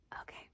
okay